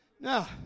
Now